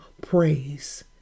praise